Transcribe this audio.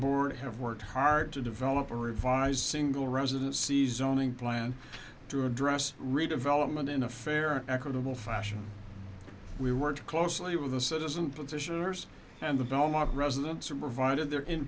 board have worked hard to develop a revised single residency zoning plan to address redevelopment in a fair and equitable fashion we worked closely with the citizen petitioners and the belmont residents and provided their in